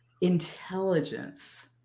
Intelligence